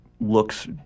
looks